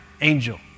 angel